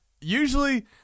Usually